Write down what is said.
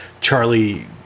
Charlie